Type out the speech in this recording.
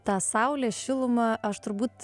tą saulės šilumą aš turbūt